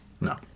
No